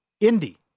Indy